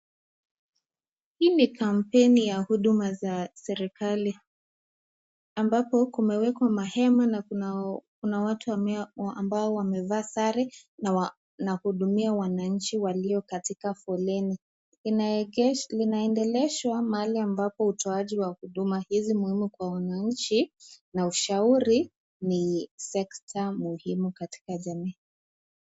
Hii ni kampeni ya huduma za serikali ambapo kumewekwa mahema na kuna watu ambao wamevaa sare na kuhudumia wananchi walio katika foleni. Inaendeleshwa mahali ambapo utoaji wa huduma hizi muhimu kwa wananchi na ushauri ni sekta muhimu katika jamii.